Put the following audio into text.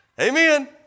Amen